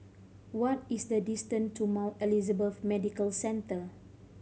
what is the distance to Mount Elizabeth Medical Centre